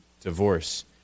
divorce